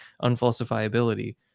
unfalsifiability